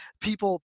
people